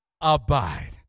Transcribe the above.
abide